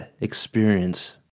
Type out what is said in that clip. experience